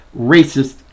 racist